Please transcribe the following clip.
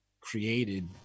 created